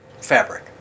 fabric